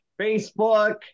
facebook